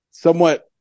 Somewhat